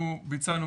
אנחנו ביצענו,